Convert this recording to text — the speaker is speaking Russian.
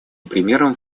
примером